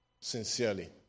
sincerely